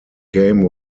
game